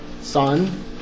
son